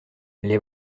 les